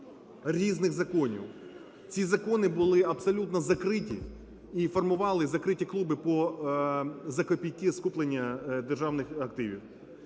різних законів. Ці закони були абсолютно закриті і формували закриті клуби по… за копійки скуплення державних активів.